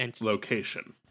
Location